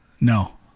No